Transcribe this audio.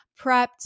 prepped